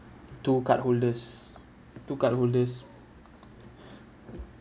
to cardholders to cardholders